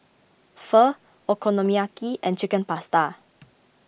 Pho Okonomiyaki and Chicken Pasta